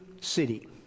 city